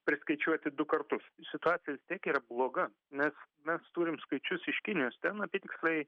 priskaičiuoti du kartus situacija vis tiek yra bloga nes mes turim skaičius iš kinijos ten apytiksliai